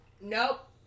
Nope